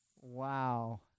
Wow